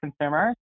consumers